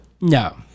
No